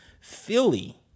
Philly